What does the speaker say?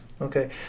okay